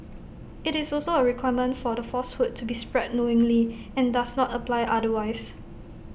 IT is also A requirement for the falsehood to be spread knowingly and does not apply otherwise